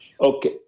Okay